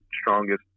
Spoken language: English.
strongest